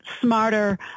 smarter